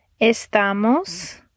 estamos